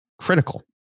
critical